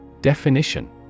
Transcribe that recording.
Definition